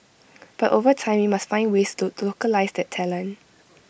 but over time we must find ways to localise that talent